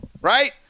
right